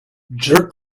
jerk